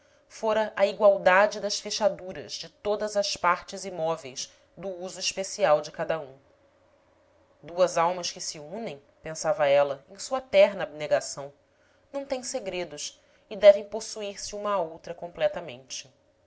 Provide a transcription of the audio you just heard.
fora a igualdade das fechaduras de todas as partes e móveis do uso especial de cada um duas almas que se unem pensava ela em sua terna abnegação não têm segredos e devem possuirse uma à outra completamente